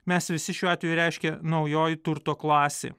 mes visi šiuo atveju reiškia naujoji turto klasė